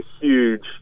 huge